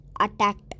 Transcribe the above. attacked